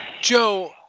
Joe